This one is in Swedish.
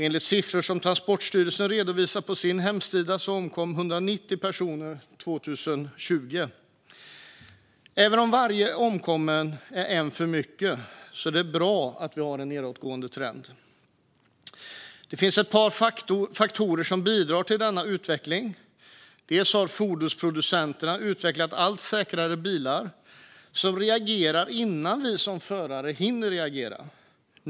Enligt de siffror som Transportstyrelsen redovisar på sin hemsida omkom 190 personer 2020. Även om varje omkommen är en för mycket är det bra att vi har en nedåtgående trend. Det finns ett par faktorer som bidrar till denna utveckling. En är att fordonsproducenterna har utvecklat allt säkrare bilar, som reagerar innan vi som förare hinner reagera.